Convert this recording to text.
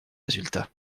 résultats